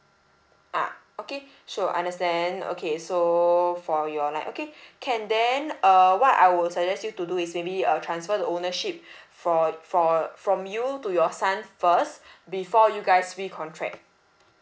ah okay sure understand okay so for your line okay can then uh what I will suggest you to do is maybe uh transfer the ownership for for from you to your son first before you guys recontract